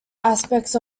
aspects